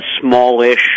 smallish